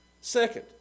Second